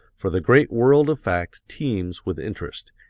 for the great world of fact teems with interest,